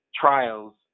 trials